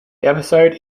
episodes